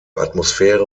atmosphäre